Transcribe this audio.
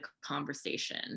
conversation